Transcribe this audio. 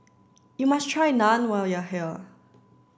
you must try naan when you are here